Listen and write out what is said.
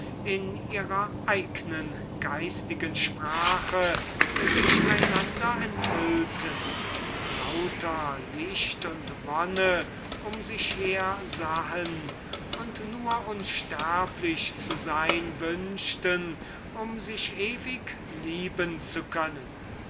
in ihrer eignen geistigen sprache sich einander enthüllten und lauter licht und wonne um sich her sahen und unsterblich zu sein wünschten um sich ewig lieben zu können